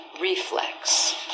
reflex